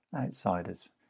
outsiders